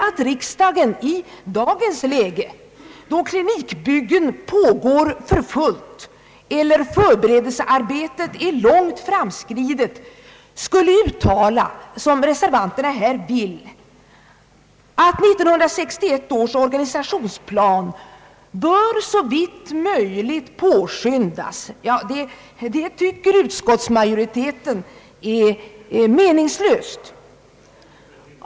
Att riksdagen i dagens läge då klinikbyggen pågår för fullt eller förberedelsearbetet är långt framskridet skulle uttala, som reservanterna här vill, att 1961 års organisationsplan »bör såvitt möjligt påskyndas», det tycker utskottsmajoriteten är meningslöst.